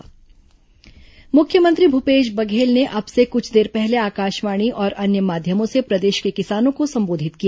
मुख्यमंत्री संबोधन मुख्यमंत्री भूपेश बघेल ने अब से कुछ देर पहले आकाशवाणी और अन्य माध्यमों से प्रदेश के किसानों को संबोधित किया